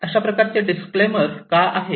अशा प्रकारचे डिस्क्लेमर का आहे